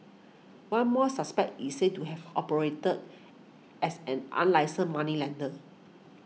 one more suspect is said to have operated as an unlicensed moneylender